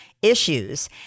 issues